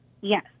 Yes